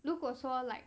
如果说 like